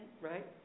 Right